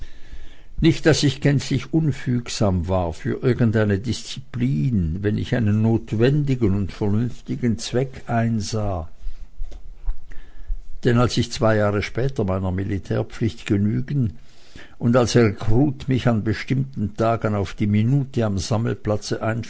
nicht daß ich gänzlich unfügsam war für irgendeine disziplin wenn ich einen notwendigen und vernünftigen zweck einsah denn als ich zwei jahre später meiner militärpflicht genügen und als rekrut mich an bestimmten tagen auf die minute am sammelplatze